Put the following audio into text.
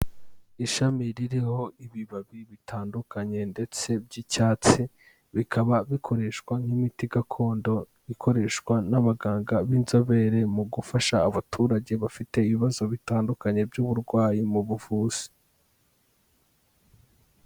Ishami ririho ibibabi bitandukanye ndetse by'icyatsi bikaba bikoreshwa nk'imiti gakondo ikoreshwa n'abaganga b'inzobere mu gufasha abaturage bafite ibibazo bitandukanye by'uburwayi mu buvuzi.